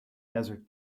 desert